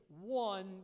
one